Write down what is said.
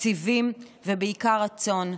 תקציבים ובעיקר רצון.